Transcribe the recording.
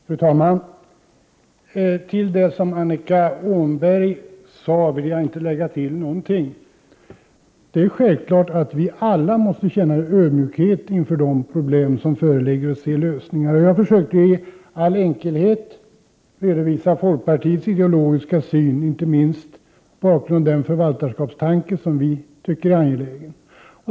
Fru talman! Till det som Annika Åhnberg sade vill jag inte lägga till någonting. Det är självklart att vi alla måste känna ödmjukhet inför de problem som föreligger och försöka komma fram till lösningar av dem. Jag försökte i all enkelhet redovisa folkpartiets ideologiska syn, inte minst den förvaltarskapstanke som vi tycker är angelägen.